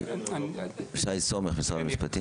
שי סומך, משרד המשפטים.